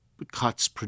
cuts